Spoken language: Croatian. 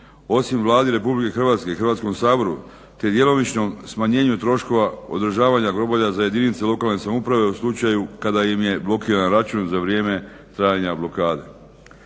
osim Vladi RH i Hrvatskom saboru te djelomičnom smanjenju troškova održavanja groblja za jedinice lokalne samouprave u slučaju kada im je blokiran račun za vrijeme trajanja blokade.